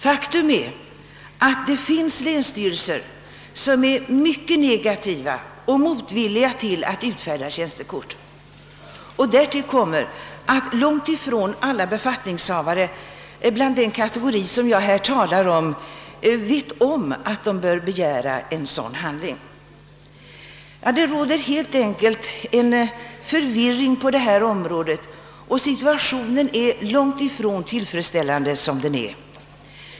Faktum är att det finns länsstyrelser som är mycket negativa till utfärdandet av tjänstekort. Därtill kommer att långtifrån alla befattningshavare inom här berörda kategorier vet att de bör begära en sådan handling. Det råder kort sagt förvirring på detta område, och den nuvarande situationen är långtifrån tillfredsställande.